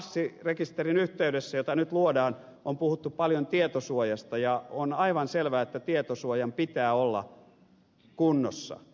tässä passirekisterin yhteydessä jota nyt luodaan on puhuttu paljon tietosuojasta ja on aivan selvää että tietosuojan pitää olla kunnossa